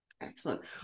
Excellent